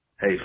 Hey